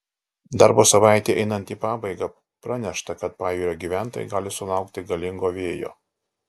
darbo savaitei einant į pabaigą pranešta kad pajūrio gyventojai gali sulaukti galingo vėjo